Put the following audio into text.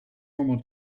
normal